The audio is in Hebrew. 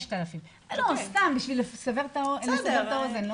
בשביל לסבר את האוזן.